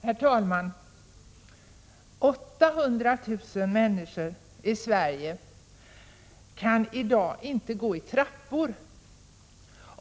Herr talman! 800 000 människor i Sverige kan i dag inte gå i trappor.